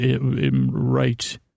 right